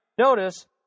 notice